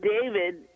David